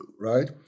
right